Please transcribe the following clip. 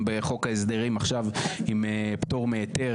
בחוק ההסדרים עכשיו עם פטור מהיתר.